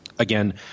Again